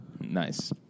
Nice